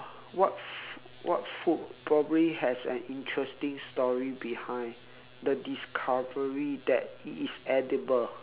what fo~ what food probably has an interesting story behind the discovery that it is edible